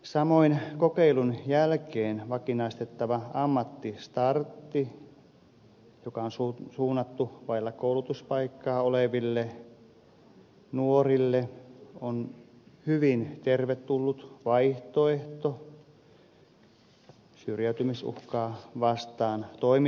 samoin kokeilun jälkeen vakinaistettava ammattistartti joka on suunnattu vailla koulutuspaikkaa oleville nuorille on hyvin tervetullut vaihtoehto syrjäytymisuhkaa vastaan toimittaessa